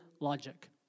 logic